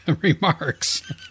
remarks